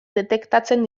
detektatzen